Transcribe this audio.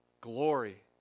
Glory